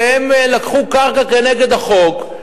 שהם לקחו קרקע בניגוד לחוק.